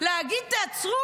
תודה.